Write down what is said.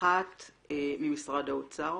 הראשונה ממשרד האוצר